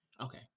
okay